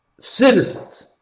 citizens